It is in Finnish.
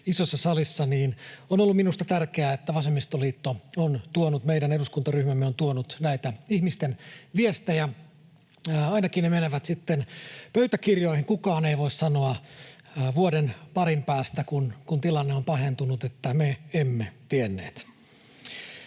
isossa salissa, niin on ollut minusta tärkeää, että vasemmistoliitto on tuonut, meidän eduskuntaryhmämme on tuonut, näitä ihmisten viestejä. Ainakin ne menevät sitten pöytäkirjoihin. Kukaan ei voi sanoa vuoden parin päästä, kun tilanne on pahentunut, että me emme tienneet.